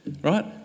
right